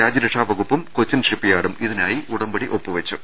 രാജ്യരക്ഷാ വകുപ്പും കൊച്ചിൻ ഷിപ്പ്യാർഡും ഇതിനായി ഉടമ്പടി ഒപ്പുവെച്ചു